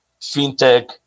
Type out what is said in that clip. fintech